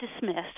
dismissed